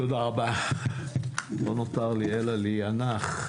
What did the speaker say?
תודה רבה, לא ניתן לי אלא להיאנח,